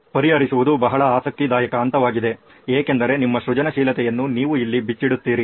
ಪರಿಹರಿಸುವುದು ಬಹಳ ಆಸಕ್ತಿದಾಯಕ ಹಂತವಾಗಿದೆ ಏಕೆಂದರೆ ನಿಮ್ಮ ಸೃಜನಶೀಲತೆಯನ್ನು ನೀವು ಇಲ್ಲಿ ಬಿಚ್ಚಿಡುತ್ತೀರಿ